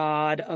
God